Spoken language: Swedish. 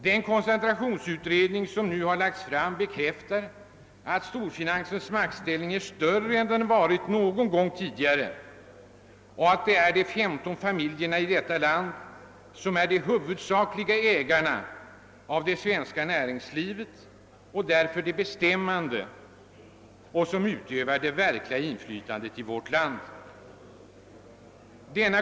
Den koncentrationsutredning som nu har lagts fram bekräftar att storfinan sens maktställning är större än den varit någon gång tidigare och att det är »de 15 familjerna» som är de huvudsakliga ägarna av det svenska näringslivet och därför de bestämmande och de som utövar det verkliga inflytandet i vårt land.